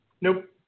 Nope